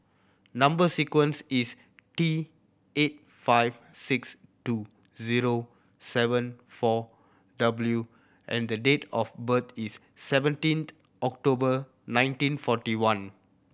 number sequence is T eight five six two zero seven four W and the date of birth is seventeenth October nineteen forty one